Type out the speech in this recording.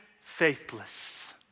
faithless